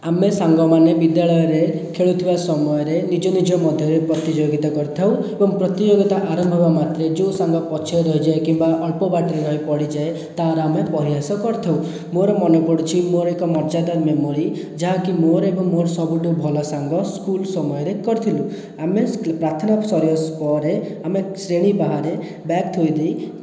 ଆମେ ସାଙ୍ଗମାନେ ବିଦ୍ୟାଳୟରେ ଖେଳୁଥିବା ସମୟରେ ନିଜ ନିଜ ମଧ୍ୟରେ ପ୍ରତିଯୋଗିତା କରିଥାଉ ଏବଂ ପ୍ରତିଯୋଗିତା ଆରମ୍ଭ ହେବା ମାତ୍ରେ ଯେଉଁ ସାଙ୍ଗ ପଛରେ ରହିଯାଏ କିମ୍ବା ଅଳ୍ପ ବାଟରେ ରହି ପଡ଼ିଯାଏ ତାର ଆମେ ପରିହାସ କରିଥାଉ ମୋର ମନେପଡ଼ୁଛି ମୋର ଏକ ମଜାଦାର୍ ମେମୋରୀ ଯାହାକି ମୋର ଏବଂ ମୋର ସବୁଠାରୁ ଭଲ ସାଙ୍ଗ ସ୍କୁଲ୍ ସମୟରେ କରିଥିଲୁ ଆମେ ପ୍ରାଥନା ସରିବା ପରେ ଆମେ ଶ୍ରେଣୀ ବାହାରେ ବ୍ୟାଗ୍ ଥୋଇଦେଇ